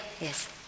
yes